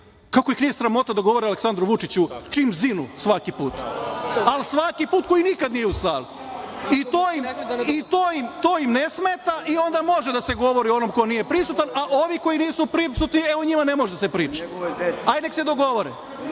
kako ih nije sramota da govore Aleksandru Vučiću čim zinu svaki put, ali svaki put, koji nikad nije u sali i to im ne smeta i onda može da se govori o onome ko nije prisutan, a ovi koji nisu prisutni o njima ne može da se priča. Hajde neka se dogovore